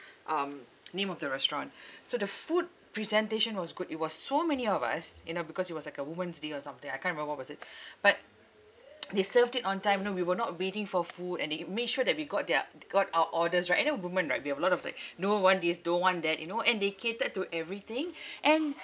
um name of the restaurant so the food presentation was good it was so many of us you know because it was like a women's day or something I can't remember what was it but they served it on time you know we were not waiting for food and they made sure that we got their got our orders right and then women right we have a lot of like don't want this don't want that you know and they catered to everything and